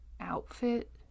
outfit